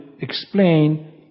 explain